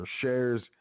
shares